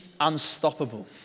unstoppable